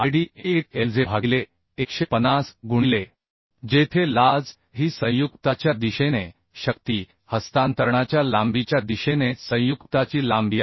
2 lj भागिले 150 गुणिले te जेथे lj ही जॉइन्टच्या दिशेने फोर्स हस्तांतरणाच्या लांबीच्या दिशेने जॉइन्टची लांबी आहे